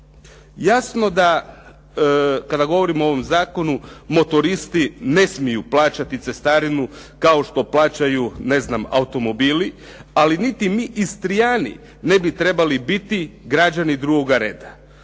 Jasno da, kada govorimo o ovom zakonu, motoristi ne smiju plaćati cestarinu kao što plaćaju automobili, ali niti mi Istrijani ne bi trebali biti građani drugoga reda.